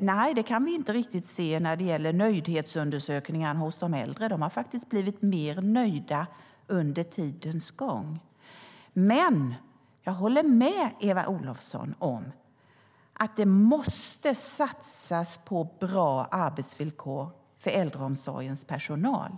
Nej, det kan vi inte riktigt se när det gäller nöjdhetsundersökningar hos de äldre. De äldre har faktiskt blivit mer nöjda under tidens gång. Men jag håller med Eva Olofsson om att det måste satsas på bra arbetsvillkor för äldreomsorgens personal.